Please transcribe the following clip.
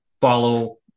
follow